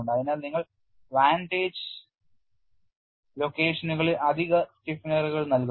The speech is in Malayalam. അതിനാൽ നിങ്ങൾ വാന്റേജ് ലൊക്കേഷനുകളിൽ അധിക സ്റ്റിഫെനറുകൾ നൽകുന്നു